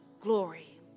glory